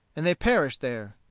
and they perished there.